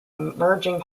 merging